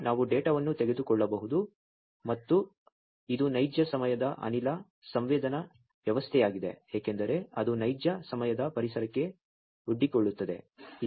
ಮತ್ತು ನಾವು ಡೇಟಾವನ್ನು ತೆಗೆದುಕೊಳ್ಳಬಹುದು ಮತ್ತು ಇದು ನೈಜ ಸಮಯದ ಅನಿಲ ಸಂವೇದನಾ ವ್ಯವಸ್ಥೆಯಾಗಿದೆ ಏಕೆಂದರೆ ಇದು ನೈಜ ಸಮಯದ ಪರಿಸರಕ್ಕೆ ಒಡ್ಡಿಕೊಳ್ಳುತ್ತದೆ